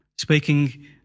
speaking